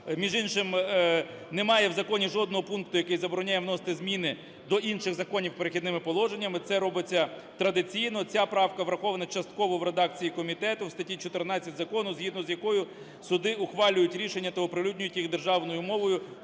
між іншим, немає в законі жодного пункту, який забороняє вносити зміни до інших законів "Перехідними положеннями". Це робиться традиційно. Ця правка врахована частково в редакції комітету в статті 14 закону, згідно з якою суди ухвалюють рішення та оприлюднюють їх державною мовою